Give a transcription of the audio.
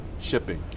shipping